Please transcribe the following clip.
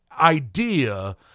idea